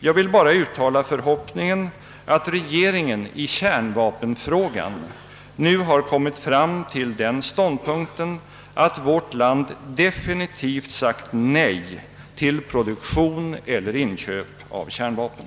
Jag vill bara uttala förhoppningen att regeringen i kärnvapenfrågan nu kommit fram till den ståndpunkten, att vårt land definitivt sagt nej till produktion eller inköp av kärnvapen.